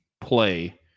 play